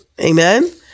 Amen